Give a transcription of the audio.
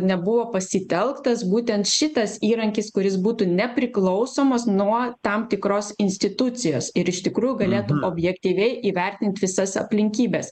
nebuvo pasitelktas būtent šitas įrankis kuris būtų nepriklausomas nuo tam tikros institucijos ir iš tikrųjų galėtų objektyviai įvertint visas aplinkybes